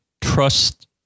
trust